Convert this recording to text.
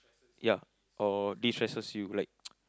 ya or destresses you like